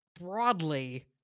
broadly